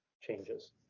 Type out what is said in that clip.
changes